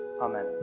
Amen